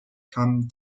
come